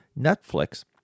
netflix